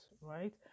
right